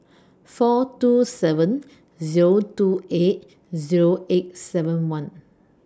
four two seven Zero two eight Zero eight seven one